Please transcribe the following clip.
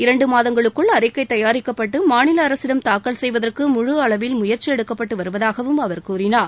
இரண்டு மாதங்களுக்குள் அறிக்கை தயாரிக்கப்பட்டு மாநில அரசிடம் தாக்கல் செய்வதற்கு முழு அளவில் முயற்சி எடுக்கப்பட்டு வருவதாகவும் அவர் கூறினார்